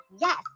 yes